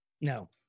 No